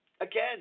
Again